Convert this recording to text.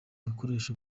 bikoresho